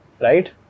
Right